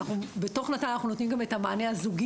בתוך נט"ל אנחנו נותנים גם את המענה הזוגי